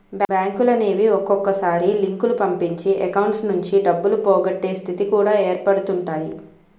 బ్యాంకులనేవి ఒక్కొక్కసారి లింకులు పంపించి అకౌంట్స్ నుంచి డబ్బులు పోగొట్టే స్థితి కూడా ఏర్పడుతుంటాయి